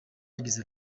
yagize